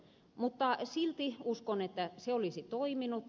mutta silti uskon että se olisi toiminut